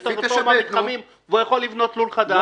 אז יש את רפורמת מתחמים והוא יכול לבנות לול חדש.